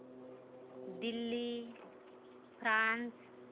Delhi France